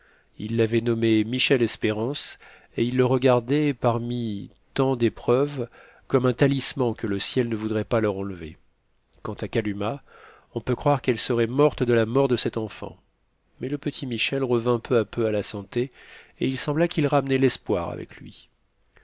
ils l'avaient nommé michel espérance et ils le regardaient parmi tant d'épreuves comme un talisman que le ciel ne voudrait pas leur enlever quant à kalumah on peut croire qu'elle serait morte de la mort de cet enfant mais le petit michel revint peu à peu à la santé et il sembla qu'il ramenait l'espoir avec lui